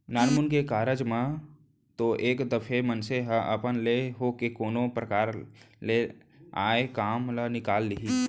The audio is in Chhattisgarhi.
नानमुन के कारज म तो एक दफे मनसे ह अपन ले होके कोनो परकार ले आय काम ल निकाल लिही